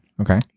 Okay